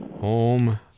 Home